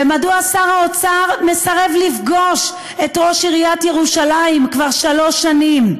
ומדוע שר האוצר מסרב לפגוש את ראש עיריית ירושלים כבר שלוש שנים?